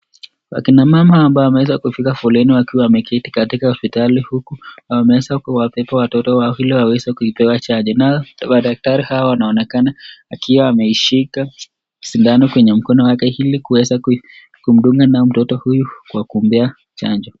Akina mama ambao wameweza kufika foleni wakiwa wameketi katika hospitali huku wameweza kuwabeba watoto wao ili waweze kuipewa chanjo. Nao madaktari hawa wanaonekana akiwa ameishika sindano kwenye mkono wake ili kuweza kumdunga naye mtoto huyu kwa kumpea chanjo.